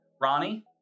Ronnie